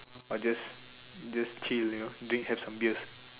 or just just chill you know drink have some beers